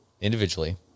individually